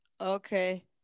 okay